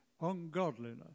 ungodliness